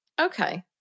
Okay